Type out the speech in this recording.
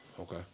Okay